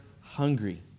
hungry